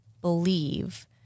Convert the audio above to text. believe